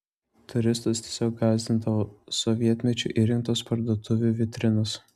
turistus tiesiog gąsdindavo sovietmečiu įrengtos parduotuvių vitrinos